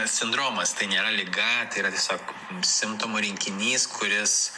sindromas tai nėra liga tai yra tiesiog simptomų rinkinys kuris